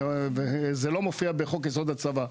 זה לא מופיע בחוק-יסוד: הצבא,